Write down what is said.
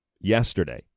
yesterday